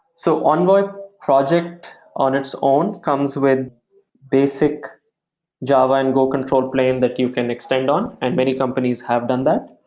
so envoy project on its own comes with basic java and go control plane that you can extend on and many companies have done that.